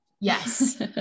Yes